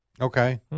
Okay